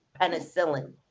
penicillin